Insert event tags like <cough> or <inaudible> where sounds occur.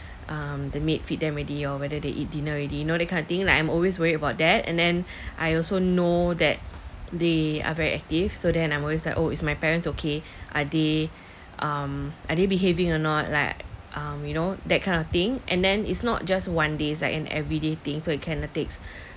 um the maid feed them already or whether they eat dinner already you know that kind of thing like I'm always worried about that and then <breath> I also know that they are very active so then I'm always like oh is my parents okay <breath> are they um are they behaving or not like um you know that kind of thing and then it's not just one days like an everyday thing so it kinda takes <breath>